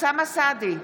אוסאמה סעדי,